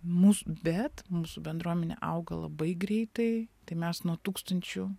mūsų bet mūsų bendruomenė auga labai greitai tai mes nuo tūkstančio